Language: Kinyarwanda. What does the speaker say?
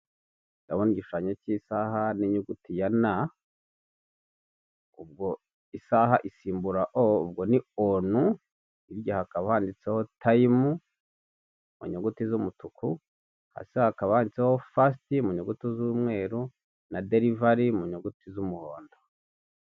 Ndabona igishushanyo cy' isaha n' inyuguti ya N ubwo isaha isimbura O ubwo ni on hirya hakaba handitseho time mu nyuguti z' umutuku, hasi hakaba handitseho first mu nyuguti z' umweru na delivery mu nyuguti z' umuhondo.